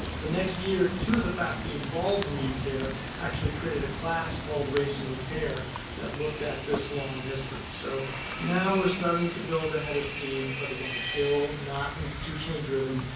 the next year, two of the faculty involved in ucare actually created a class called race in repair that looked at this long history. so now we're starting to build ahead of steam, but again still not institutionally driven,